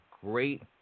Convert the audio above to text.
great